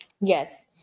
Yes